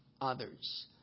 others